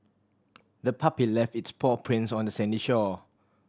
the puppy left its paw prints on the sandy shore